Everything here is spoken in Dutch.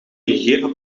gegeven